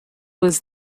was